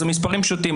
אלו מספרים פשוטים,